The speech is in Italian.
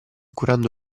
curando